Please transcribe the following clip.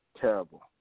terrible